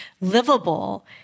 livable